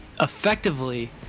effectively